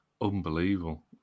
unbelievable